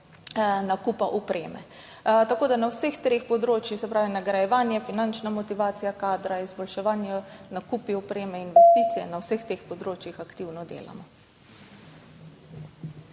nakupa opreme. Na vseh treh področjih, se pravi nagrajevanje, finančna motivacija kadra, izboljševanje, nakupi opreme, investicije, na vseh teh področjih aktivno delamo.